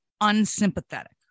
unsympathetic